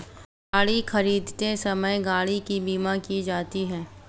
गाड़ी खरीदते समय गाड़ी की बीमा की जाती है